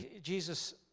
Jesus